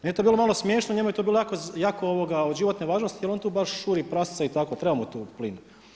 Meni je to bilo malo smiješno, njemu je to bilo jako od životne važnosti jer on tu baš šuri prasce i tako, treba mu tu plin.